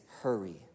hurry